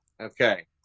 Okay